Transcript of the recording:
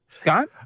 Scott